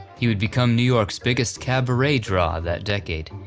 he would become new york's biggest cabaret draw that decade,